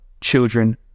children